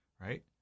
right